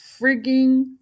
frigging